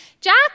Jack